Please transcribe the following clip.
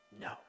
No